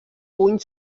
puny